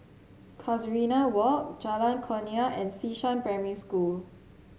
Casuarina Walk Jalan Kurnia and Xishan Primary School